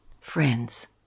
Friends